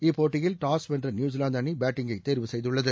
இப்போட்டியில் டாஸ் வென்ற நியூசிலாந்து அணி பேட்டிங்கை தேர்வு செய்தது